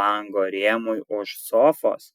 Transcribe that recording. lango rėmui už sofos